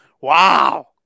wow